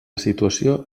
situació